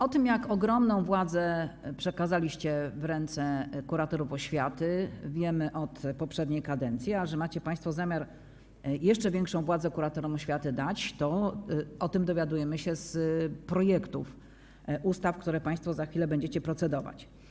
O tym, jak ogromną władzę przekazaliście w ręce kuratorów oświaty, wiemy od poprzedniej kadencji, a że macie państwo zamiar dać jeszcze większą władzę kuratorom oświaty, to o tym dowiadujemy się z projektów ustaw, nad którymi państwo za chwilę będziecie procedować.